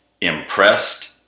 impressed